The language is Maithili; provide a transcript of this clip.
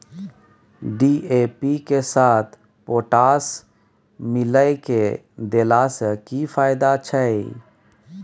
डी.ए.पी के साथ पोटास मिललय के देला स की फायदा छैय?